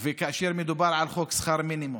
וכאשר מדובר על חוק שכר מינימום,